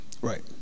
right